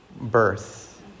birth